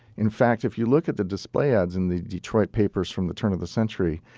in fact, if you look at the display ads in the detroit papers from the turn of the century,